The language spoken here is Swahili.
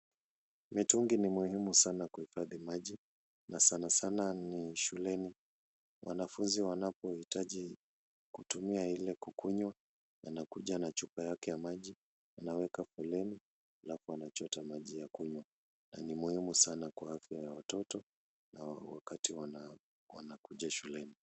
Mitungi ni muhimu sana kuhifadhi maji, na sanasana ni shuleni, wanafunzi wanapohitaji kutumia ile kukunywa wanakuja na chupa yake ya maji, wanaweka foleni, alafu anachota maji yake ya kunywa na ni muhimu sana kwa afya ya watoto na wanakuja shuleni.